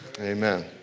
Amen